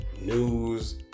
news